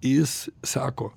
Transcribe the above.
jis sako